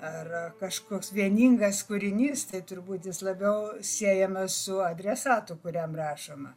ar kažkoks vieningas kūrinys tai turbūt jis labiau siejamas su adresatu kuriam rašoma